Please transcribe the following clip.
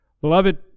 Beloved